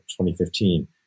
2015